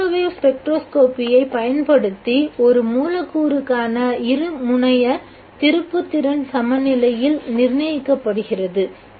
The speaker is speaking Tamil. மைக்ரோவேவ் ஸ்பெக்ட்ரோஸ்கோப்பியை பயன்படுத்தி ஒரு மூலக்கூறுக்கான இருமுனையத் திருப்புத்திறன் சமநிலையில் நிர்ணயிக்கப்படுகிறது